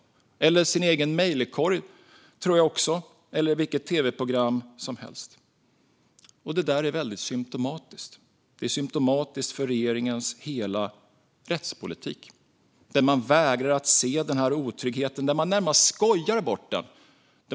Det kan också räcka med att öppna sin egen mejlkorg, tror jag, eller se på vilket tv-program som helst. Detta är väldigt symtomatiskt. Det är symtomatiskt för regeringens hela rättspolitik. Man vägrar se den här otryggheten. Man närmast skojar bort den.